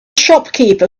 shopkeeper